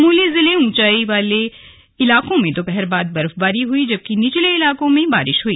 चमोली जिले ऊँचाई वाले इलाकों में दोपहर बाद बर्फबारी हुई जबकि निचले इलाकों में बारिश हुई